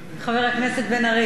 חבר הכנסת בן-ארי.